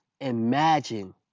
imagine